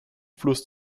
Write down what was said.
fluss